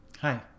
hi